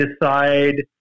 decide